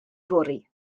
fory